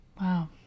wow